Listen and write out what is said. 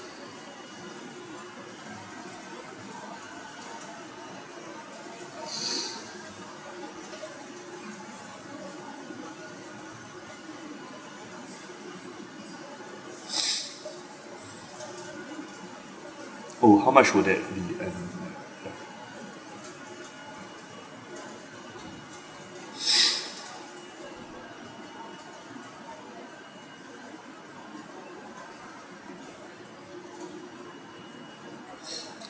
oh how much would that be and